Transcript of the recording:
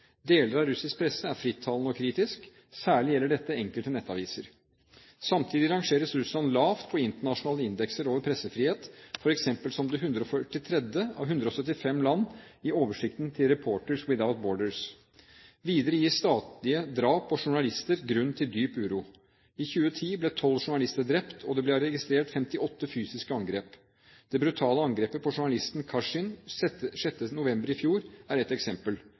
Deler av russisk presse er frittalende og kritisk, særlig gjelder dette enkelte nettaviser. Samtidig rangeres Russland lavt på internasjonale indekser over pressefrihet, f.eks. som det 143. av 175 land i oversikten til Reporters Without Borders. Videre gir stadige drap på journalister grunn til dyp uro: I 2010 ble tolv journalister drept, og det ble registrert 58 fysiske angrep. Det brutale angrepet på journalisten Kasjin 6. november i fjor er ett eksempel.